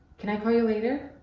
can i call you later?